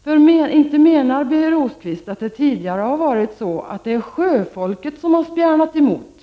För inte menar Birger Rosqvist att det tidigare har varit sjöfolket som har spjärnat emot?